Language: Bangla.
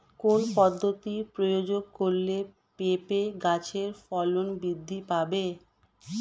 কোন পদ্ধতি প্রয়োগ করলে পেঁপে গাছের ফলন বৃদ্ধি পাবে?